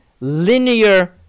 linear